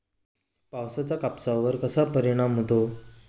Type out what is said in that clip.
पावसाचा कापसावर कसा परिणाम होतो?